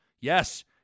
Yes